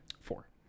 Four